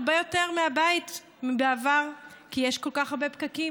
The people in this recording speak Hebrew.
הרבה יותר מוקדם מבעבר כי יש כל כך הרבה פקקים.